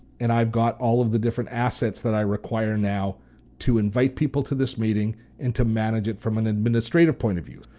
and i've got all of the different assets that i require now to invite people to this meeting and to manage it from an administrative point of view.